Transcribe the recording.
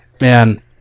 man